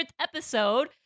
episode